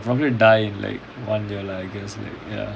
ya but I'll probably die I'll probably die in like one year I guess like ya